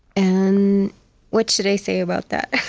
and what should i say about that?